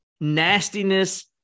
nastiness